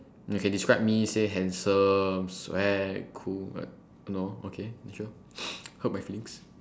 okay describe me say handsome swag cool all that no okay sure hurt my feelings